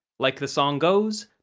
like the song goes.